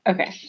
Okay